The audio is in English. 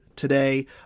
today